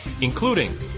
including